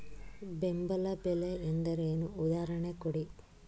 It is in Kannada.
ಬೆಂಬಲ ಬೆಲೆ ಎಂದರೇನು, ಉದಾಹರಣೆ ಕೊಡಿ?